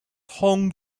home